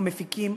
המפיקים,